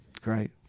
Great